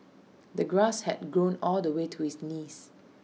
the grass had grown all the way to his knees